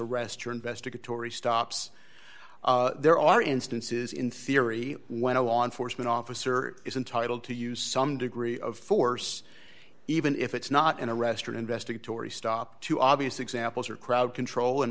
arrest or investigatory stops there are instances in theory when a law enforcement officer is entitled to use some degree of force even if it's not in a restaurant investigatory stop to obvious examples or crowd control and